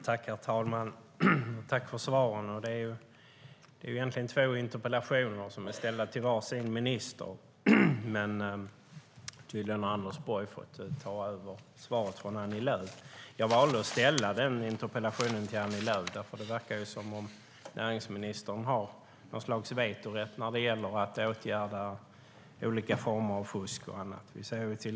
Herr talman! Jag tackar för svaren. Jag har ställt två interpellationer till två ministrar. Men tydligen har Anders Borg fått ta över besvarandet av den ena från Annie Lööf. Jag valde att ställa den ena interpellationen till Annie Lööf eftersom det verkar som om näringsministern har någots slags vetorätt när det gäller att åtgärda olika former av fusk och annat.